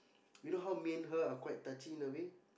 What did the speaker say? you know how main her are quite touchy in a way